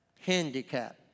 handicap